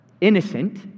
innocent